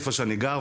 איפה שאני גר,